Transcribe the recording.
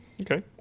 Okay